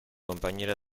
compañera